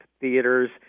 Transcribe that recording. theaters